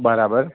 બરાબર